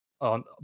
on